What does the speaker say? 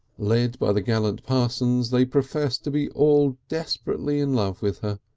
led by the gallant parsons they professed to be all desperately in love with her,